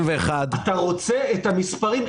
אתה רוצה את המספרים?